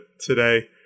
today